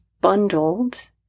bundled